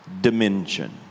Dimension